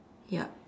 yup